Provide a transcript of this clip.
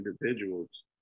individuals